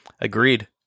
Agreed